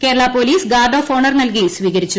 Kerala police sword of honour നൽകി സ്വീകരിച്ചു